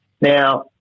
Now